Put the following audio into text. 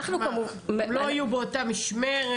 לא יהיו באותה משמרת?